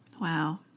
Wow